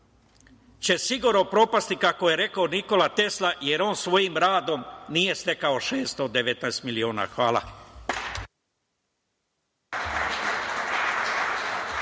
će sigurno propasti kako je rekao Nikola Tesla jer on svojim radom nije stekao 619 miliona. Hvala.